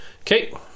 Okay